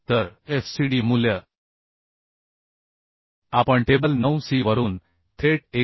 तरFCDमूल्य आपण table 9C वरून थेट 193